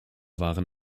waren